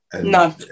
No